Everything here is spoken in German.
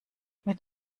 mit